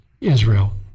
Israel